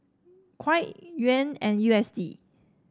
Kyat Yuan and U S D